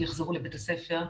יחזרו לבית הספר.